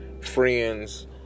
friends